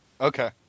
Okay